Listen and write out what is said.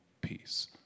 peace